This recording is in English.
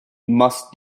must